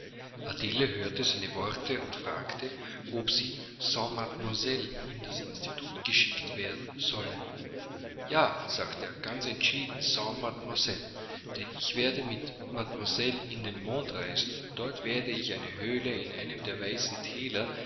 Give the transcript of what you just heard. adele hörte seine worte und fragte ob sie sans mademoiselle in das institut geschickt werden solle ja sagte er ganz entschieden sans mademoiselle denn ich werde mit mademoiselle in den mond reisen und dort werde ich eine höhle in einem der weißen thäler